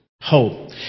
hope